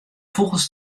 fûgels